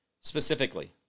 Specifically